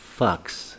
fucks